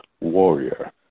Warrior